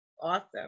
Awesome